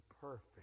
perfect